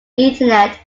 internet